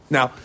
Now